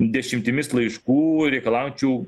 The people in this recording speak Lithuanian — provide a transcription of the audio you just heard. dešimtimis laiškų reikalaujančių